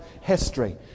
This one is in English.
history